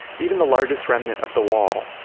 even the largest remnant of the wall,